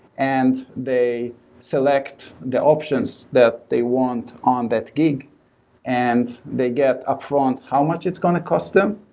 and they select the options that they want on that gig and they get upfront how much it's going to cost them,